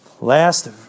Last